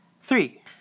Three